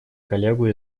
коллегу